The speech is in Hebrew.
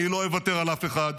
אני לא אוותר על אף אחד.